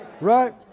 right